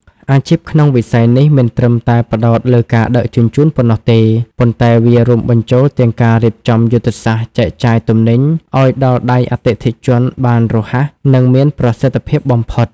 អាជីពក្នុងវិស័យនេះមិនត្រឹមតែផ្ដោតលើការដឹកជញ្ជូនប៉ុណ្ណោះទេ ប៉ុន្តែវារួមបញ្ចូលទាំងការរៀបចំយុទ្ធសាស្ត្រចែកចាយទំនិញឱ្យដល់ដៃអតិថិជនបានរហ័ស និងមានប្រសិទ្ធភាពបំផុត។